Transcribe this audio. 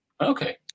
Okay